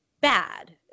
bad